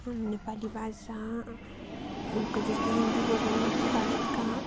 नेपाली भाषाको जस्तै हिन्दीबाट पनि भारतका